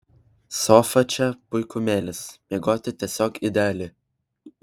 sofa čia puikumėlis miegoti tiesiog ideali